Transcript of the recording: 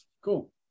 Cool